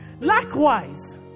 Likewise